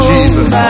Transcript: Jesus